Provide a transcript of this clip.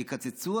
יקצצו,